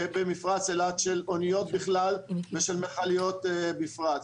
במפרץ אילת, של אוניות בכלל ושל מכליות בפרט.